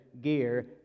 gear